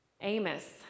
Amos